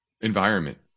environment